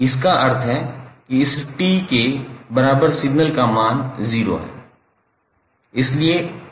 इसका अर्थ है कि इस t के बराबर सिग्नल का मान 0 है